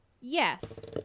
Yes